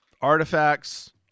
artifacts